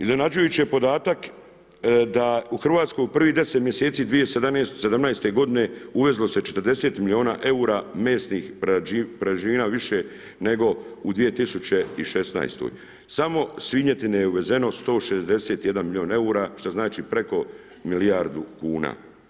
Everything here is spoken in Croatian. Iznenađujući je podatak da u Hrvatskoj u prvih deset mjeseci 2017. godine uvezlo se 40 milijuna eura mesna prerađevina više nego u 2016., samo svinjetine je uvezeno 161 milijun eura što znači preko milijardu kuna.